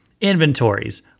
Inventories